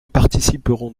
participeront